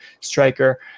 striker